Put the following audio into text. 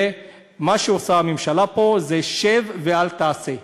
ומה שעושה הממשלה פה זה "שב ואל תעשה",